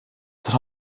that